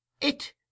It